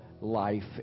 life